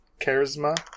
charisma